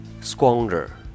squander